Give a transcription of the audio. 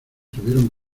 tuvieron